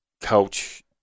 coach